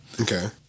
Okay